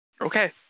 Okay